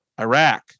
Iraq